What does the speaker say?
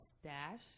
stash